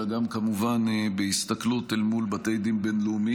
אלא גם כמובן בהסתכלות אל מול בתי דין בין-לאומיים,